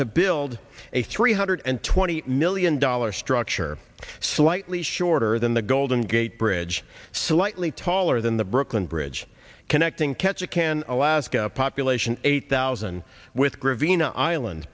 to build a three hundred and twenty million dollars structure slightly shorter than the golden gate bridge slightly taller than the brooklyn bridge connecting catch a can alaska population eight thousand with